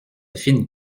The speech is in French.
fine